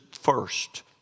first